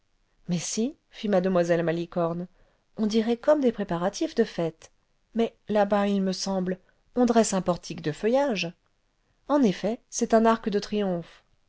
mais si fit mue malicorne on dirait comme des préparatifs de fête mais là-bas il me semble on dresse un portique de feuillages en effet c'est un arc de triomphe